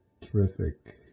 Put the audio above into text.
terrific